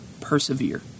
persevere